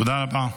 תודה רבה.